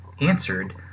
answered